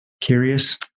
curious